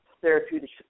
therapeutic